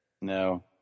No